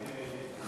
תאמיני לי,